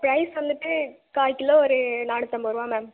price வந்துட்டு கால் kilo ஒரு நானூற்றம்பது ரூபா மேம்